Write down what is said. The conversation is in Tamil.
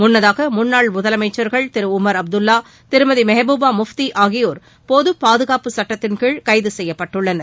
முன்னதாக முன்னாள் முதலமைச்சர்கள் திரு உமர் அப்துல்வா திருமதி மெஹ்பூபா முஃப்தி ஆகியோர் பொதுபாதுகாப்பு சுட்டத்தின்கீழ் கைது செய்யப்பட்டுள்ளனர்